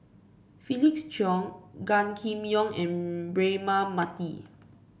Felix Cheong Gan Kim Yong and Braema Mathi